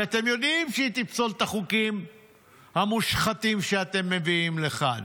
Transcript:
שאתם יודעים שהיא תפסול את החוקים המושחתים שאתם מביאים לכאן,